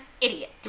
idiot